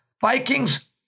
Vikings